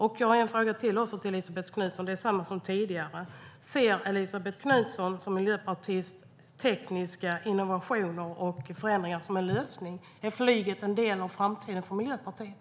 Jag har ännu ett par frågor till Elisabet Knutsson - samma som tidigare. Ser Elisabet Knutsson som miljöpartist tekniska innovationer och förändringar som en lösning? Är flyget en del av framtiden för Miljöpartiet?